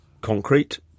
concrete